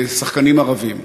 לשחקנים ערבים,